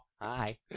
Hi